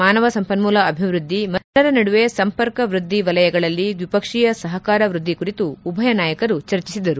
ಮಾನವ ಸಂಪನ್ನೂಲ ಅಭಿವೃದ್ದಿ ಮತ್ತು ಜನರ ನಡುವೆ ಸಂಪರ್ಕ ವೃದ್ದಿ ವಲಯಗಳಲ್ಲಿ ದ್ವಿಪಕ್ಷೀಯ ಸಹಕಾರ ವೃದ್ದಿ ಕುರಿತು ಉಭಯ ನಾಯಕರು ಚರ್ಚಿಸಿದರು